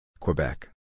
Quebec